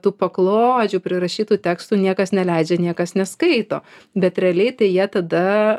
tų paklodžių prirašytų tekstų niekas neleidžia niekas neskaito bet realiai tai jie tada